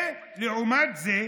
לעומת זה,